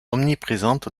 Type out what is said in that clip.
omniprésente